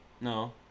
No